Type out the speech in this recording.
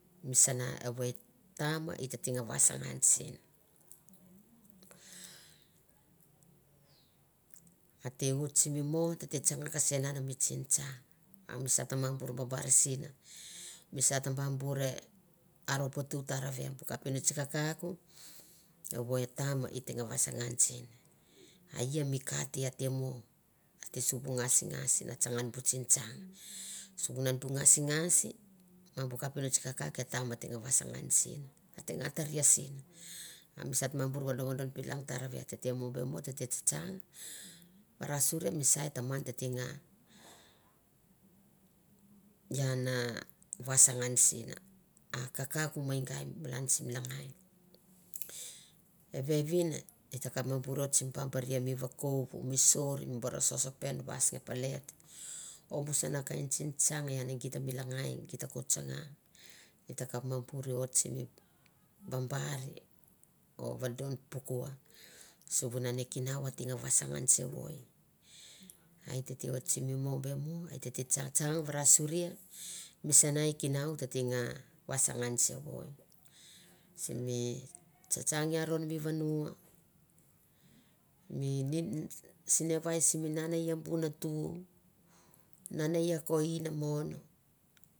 Misana evoi e tam i tek nga vasengan sen. A te oit simi mo tete tsanga an mi tsentsang a misa ta mabur babar sin, misa ta ba bur babar sin. misa ta ba bur e aro putu tarave, bu kapinots kakauk evoi e tam e teng vasangan sen. A ia mi ka di ate mu, ate suvu ngasingas na tsanga an bu tsingtsang, sivunan bu ngasingas ma bu kapinots kakauk e tam a a te nga vasangan sin, a te nga taria sin, ma misa ma bur vodovodon pilan tarave, tete mo be mo. tete tsatsang varasori misa e taman tete nga ian na vasangan sen. A kakuk me gai malan sim langai. e vevin e ta kap ba bur oit sim bambaria mi vakou, mi soir mi boros sosopen, was nge pelet o bu sana kain tsengtsang e geit mi langai geit ko tsanga. I ta kap ba bur oit simi babar o vasang sevoi. a e tete oit simi mo e tete oit simi mo be mo, e tete tsang vasangan sevoi, simi tsatang i aron mi vanu, mi ni sinavai simi nane i bu natu ia ko inamon.